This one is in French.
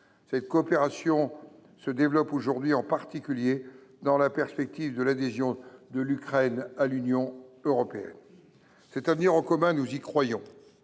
Cette coopération se développe aujourd’hui en particulier dans la perspective de l’adhésion de l’Ukraine à l’Union européenne. Cet avenir en commun, nous y croyons,